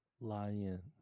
lion